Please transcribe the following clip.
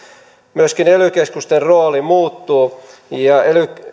myöskin ely keskusten rooli muuttuu ja ely